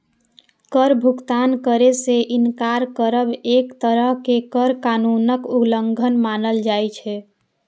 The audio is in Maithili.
कर भुगतान करै सं इनकार करब एक तरहें कर कानूनक उल्लंघन मानल जाइ छै